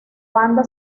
banda